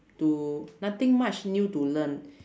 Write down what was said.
to nothing much new to learn